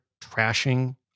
trashing